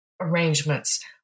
arrangements